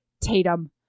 tatum